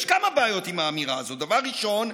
יש כמה בעיות עם האמירה הזאת: דבר ראשון,